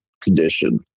condition